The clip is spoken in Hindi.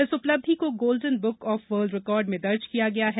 इस उपलब्धि को golden book of world record में दर्ज किया गया है